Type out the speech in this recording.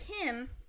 Kim